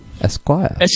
Esquire